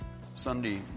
Sunday